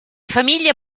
famiglia